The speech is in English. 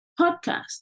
Podcast